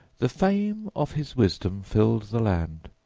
the fame of his wisdom filled the land,